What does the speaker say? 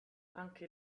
anche